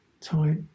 tight